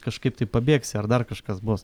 kažkaip tai pabėgsi ar dar kažkas bus